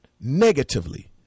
negatively